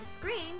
screen